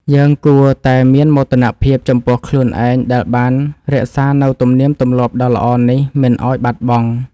យើងគួរតែមានមោទនភាពចំពោះខ្លួនឯងដែលបានរក្សានូវទំនៀមទម្លាប់ដ៏ល្អនេះមិនឱ្យបាត់បង់។